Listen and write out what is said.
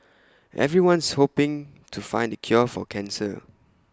everyone's hoping to find the cure for cancer